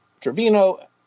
Trevino